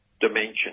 dimension